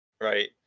right